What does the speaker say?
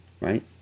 Right